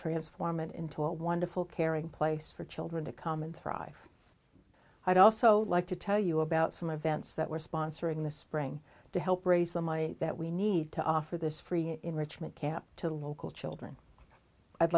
transform it into a wonderful caring place for children to come and thrive i'd also like to tell you about some advance that we're sponsoring this spring to help raise the money that we need to offer this free enrichment camp to local children i'd